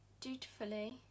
dutifully